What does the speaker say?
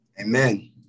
Amen